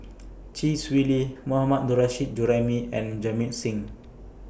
Chee Swee Lee Mohammad Nurrasyid Juraimi and Jamit Singh